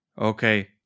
Okay